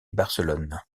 barcelonne